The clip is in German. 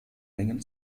mengen